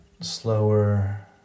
slower